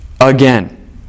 again